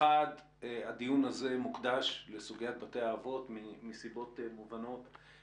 אחד הדיון הזה מוקדש לסוגיית בתי האבות מסיבות מובנות.